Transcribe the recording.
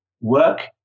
work